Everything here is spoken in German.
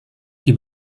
die